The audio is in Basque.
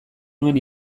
nuen